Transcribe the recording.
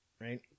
Right